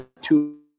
two